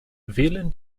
wählen